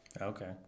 okay